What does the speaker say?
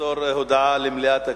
אופיר אקוניס למסור הודעה למליאת הכנסת.